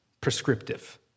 prescriptive